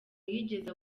yigeze